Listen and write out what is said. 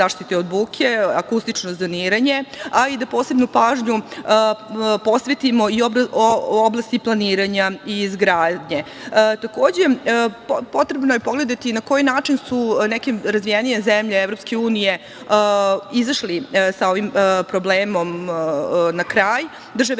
zaštite od buke, akustično zoniranje, a i da posebnu pažnju posvetimo i u oblasti planiranja i izgradnje. Takođe, potrebno je pogledati na koji način su neke razvijenije zemlje EU izašle sa ovim problemom na kraj. Države